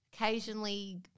Occasionally